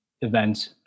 events